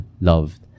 loved